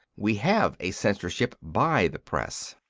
we have a censorship by the press.